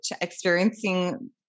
experiencing